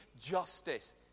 justice